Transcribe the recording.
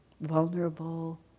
vulnerable